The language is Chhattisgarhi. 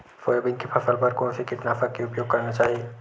सोयाबीन के फसल बर कोन से कीटनाशक के उपयोग करना चाहि?